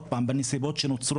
בנסיבות שנוצרו,